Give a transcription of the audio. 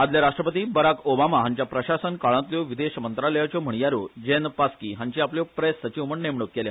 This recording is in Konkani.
आदले राष्ट्रपती बराक ओबामा हांच्या प्रशासन काळातल्यो विदेश मंत्रालयाच्यो म्हणयाऱ्यो जेन पास्की हांची आपल्यो प्रेस सचिव म्हण नेमणूक केल्या